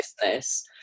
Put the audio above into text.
business